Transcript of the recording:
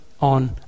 on